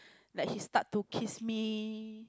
like he start to kiss me